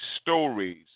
stories